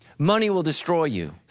money will destroy you,